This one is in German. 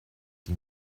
die